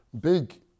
big